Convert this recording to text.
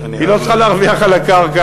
היא לא צריכה להרוויח על הקרקע,